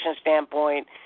standpoint